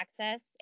access